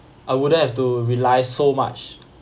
I wouldn't have to rely so much